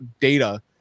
data